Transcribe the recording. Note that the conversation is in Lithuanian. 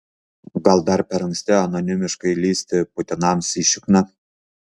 gal dar per anksti anonimiškai lįsti putinams į šikną